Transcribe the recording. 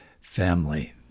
family